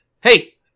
hey